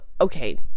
okay